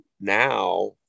now